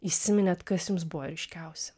įsiminėt kas jums buvo ryškiausi